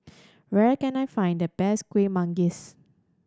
where can I find the best Kuih Manggis